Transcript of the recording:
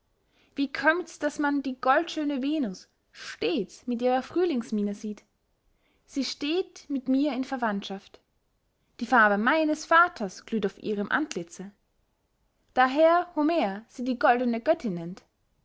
wie kömmts daß man die goldschöne venus stets mit ihrer frühlingsmine sieht sie steht mit mir in verwandtschaft die farbe meines vaters glüht auf ihrem antlitze daher homer sie die goldene göttinn